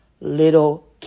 little